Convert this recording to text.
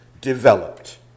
developed